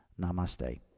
Namaste